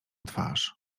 twarz